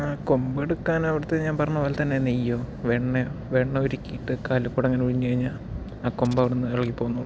ആ കൊമ്പെടുക്കാൻ അവിടത്തെ ഞാൻ പറഞ്ഞ പോലെത്തന്നെ നെയ്യോ വെണ്ണയോ വെണ്ണ ഉരുക്കിട്ട് കാലിൽ കൂടെ അങ്ങനെ ഉഴിഞ്ഞു കഴിഞ്ഞാൽ ആ കൊമ്പ് അവിടുന്ന് ഇളക്കി പോന്നോളും